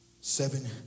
Seven